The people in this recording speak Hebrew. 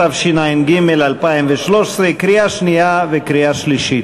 התשע"ג 2013, לקריאה שנייה וקריאה שלישית.